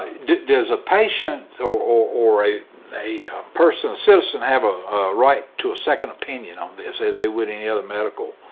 does a patient so or or a a person citizen have a right to a second opinion on this as they would any other medical